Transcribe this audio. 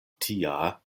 tia